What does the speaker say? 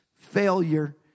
failure